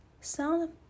Sound